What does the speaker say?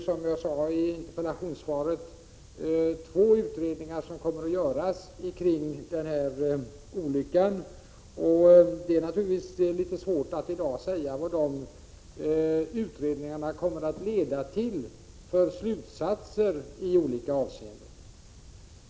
Som jag sade i interpellationssvaret, kommer det ju att göras två utredningar kring denna olycka, och det är naturligtvis svårt att i dag säga vad de kommer att leda till för slutsatser i olika avseenden.